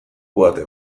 uhate